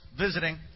visiting